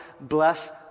bless